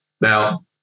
Now